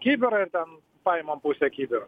kibirą ir ten paimam pusę kibiro